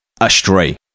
astray